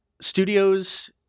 studios